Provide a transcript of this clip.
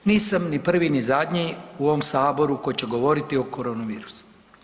Nisam ni prvi ni zadnji u ovom Saboru koji će govoriti o korona virusu.